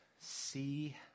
see